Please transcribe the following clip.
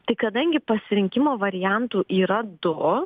tai kadangi pasirinkimo variantų yra du